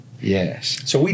Yes